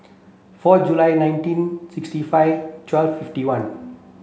four July nineteen sixty five twelve fifty one